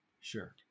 sure